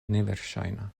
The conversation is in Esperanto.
neverŝajna